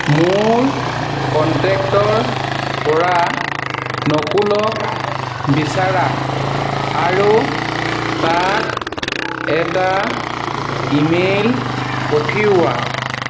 মোৰ কণ্টেক্টৰ পৰা নকুলক বিচাৰা আৰু তাক এটা ইমেইল পঠিওৱা